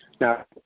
Now